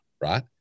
Right